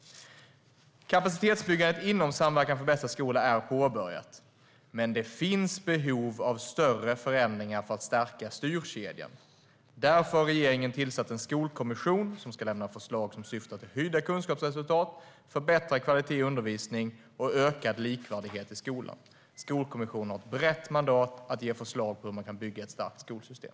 Kapacitetsbyggandet inom Samverkan för bästa skola är påbörjat, men det finns behov av större förändringar för att stärka styrkedjan. Därför har regeringen tillsatt en skolkommission som ska lämna förslag som syftar till höjda kunskapsresultat, förbättrad kvalitet i undervisningen och en ökad likvärdighet i skolan. Skolkommissionen har ett brett mandat att ge förslag på hur man kan bygga ett starkt skolsystem.